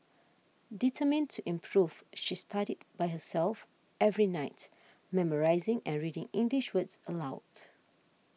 determined to improve she studied by herself every night memorising and reading English words aloud